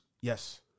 Yes